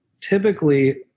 typically